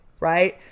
right